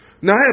Now